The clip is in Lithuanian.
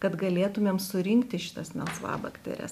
kad galėtumėm surinkti šitas melsvabakteres